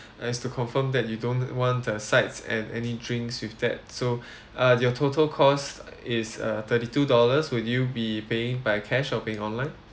as to confirm that you don't want the sides and any drinks with that so uh your total cost is uh thirty two dollars would you be paying by cash or paying online